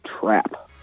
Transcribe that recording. Trap